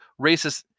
racist